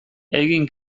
egin